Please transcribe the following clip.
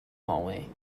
hallway